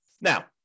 Now